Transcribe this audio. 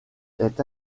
est